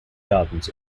gardens